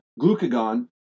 glucagon